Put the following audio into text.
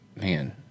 man